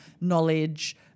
knowledge